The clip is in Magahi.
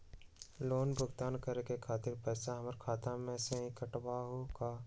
लोन भुगतान करे के खातिर पैसा हमर खाता में से ही काटबहु का?